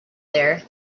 their